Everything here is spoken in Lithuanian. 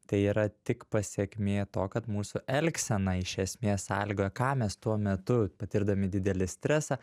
tai yra tik pasekmė to kad mūsų elgsena iš esmės sąlygoja ką mes tuo metu patirdami didelį stresą